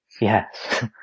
yes